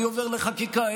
אני עובר לחקיקה,